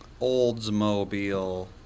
Oldsmobile